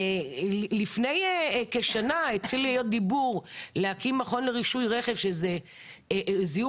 לפני כשנה התחיל להיות דיבור להקים מכון לרישוי רכב שזה זיהום